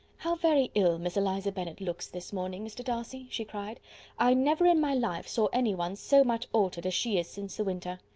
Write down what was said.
how very ill miss eliza bennet looks this morning, mr. darcy, she cried i never in my life saw anyone so much altered as she is since the winter.